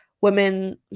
women